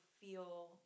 feel